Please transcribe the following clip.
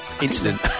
incident